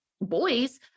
boys